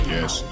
Yes